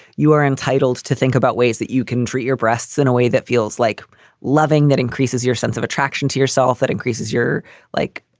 you are entitled to think about ways that you can treat your breasts in a way that feels like loving that increases your sense of attraction to yourself, that increases your like